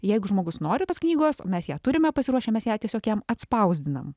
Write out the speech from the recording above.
jeigu žmogus nori tos knygos mes ją turime pasiruošę mes ją tiesiog jam atspausdinam